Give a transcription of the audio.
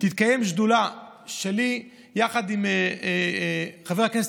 תתקיים ישיבת שדולה שלי יחד עם חבר הכנסת